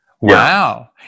Wow